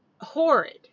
horrid